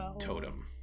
totem